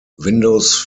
windows